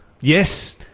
Yes